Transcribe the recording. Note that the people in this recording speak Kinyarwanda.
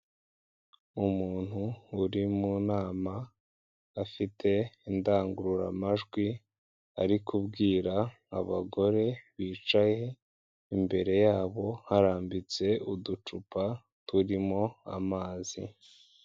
Umuntu uri mu nama, afite indangururamajwi ari kubwira abagore bicaye, imbere yabo harambitse uducupa turimo amazi.